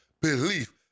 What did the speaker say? Belief